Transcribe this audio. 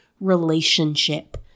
relationship